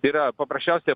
yra paprasčiausia